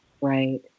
Right